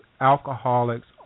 alcoholics